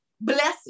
blessing